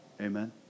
Amen